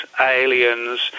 aliens